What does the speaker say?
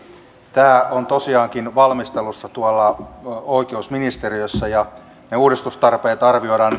tämä on tosiaankin valmistelussa tuolla oikeusministeriössä ja uudistustarpeet arvioidaan